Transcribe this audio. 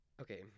Okay